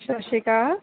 ਸਤਿ ਸ਼੍ਰੀ ਅਕਾਲ